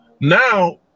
Now